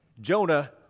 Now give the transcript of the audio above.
Jonah